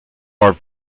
are